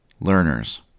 learners